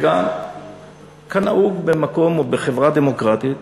וגם כנהוג במקום או בחברה דמוקרטית,